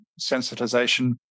sensitization